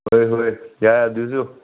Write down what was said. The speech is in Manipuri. ꯍꯣꯏ ꯍꯣꯏ ꯌꯥꯏ ꯑꯗꯨꯁꯨ